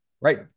Right